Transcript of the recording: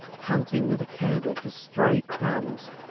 hunting with a candle for stray crumbs,